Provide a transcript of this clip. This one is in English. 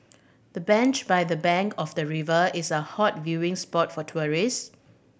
the bench by the bank of the river is a hot viewing spot for tourist